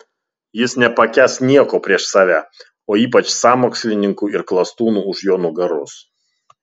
jis nepakęs nieko prieš save o ypač sąmokslininkų ir klastūnų už jo nugaros